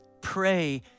pray